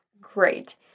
Great